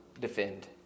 defend